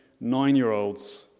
nine-year-olds